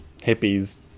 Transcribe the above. hippies